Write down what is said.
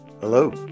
Hello